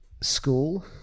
school